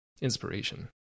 inspiration